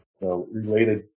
related